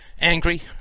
angry